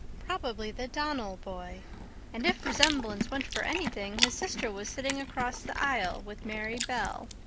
probably the donnell boy and if resemblance went for anything, his sister was sitting across the aisle with mary bell.